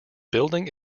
building